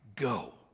Go